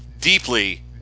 deeply